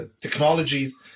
technologies